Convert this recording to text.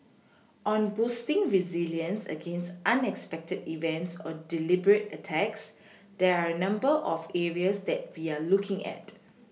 on boosting resilience against unexpected events or deliberate attacks there are a number of areas that we are looking at